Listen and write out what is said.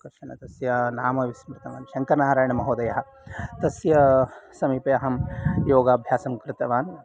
कश्चन तस्य नाम विस्मृतवान् शङ्करनारायणमहोदयः तस्य समीपे अहं योगाभ्यासं कृतवान्